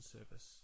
Service